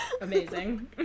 Amazing